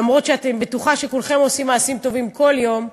אף שאני בטוחה שכולכם עושים מעשים טובים כל יום,